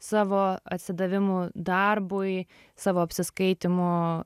savo atsidavimu darbui savo apsiskaitymu